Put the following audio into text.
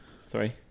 Three